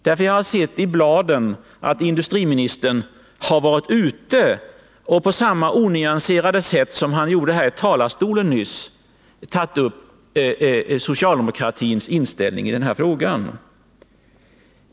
Jag har nämligen sett i bladen att industriministern varit ute och på samma onyanserade sätt som han gjorde här i talarstolen nyss tagit upp socialdemokratins inställning i den här frågan.